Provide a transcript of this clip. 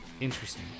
Interesting